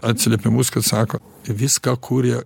atsiliepimus kad sako viską kuria